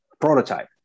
prototype